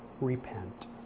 repent